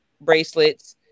bracelets